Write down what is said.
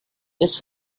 this